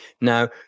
Now